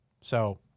So-